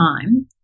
time